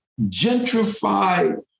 gentrified